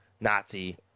Nazi